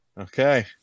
Okay